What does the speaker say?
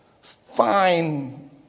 fine